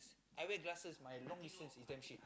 I wear glasses my long distance is damm shit